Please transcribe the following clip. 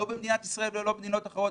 לא במדינת ישראל ולא במדינות אחרות.